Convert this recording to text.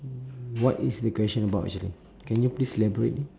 what is the question about actually can you please elaborate